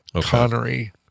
Connery